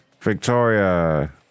Victoria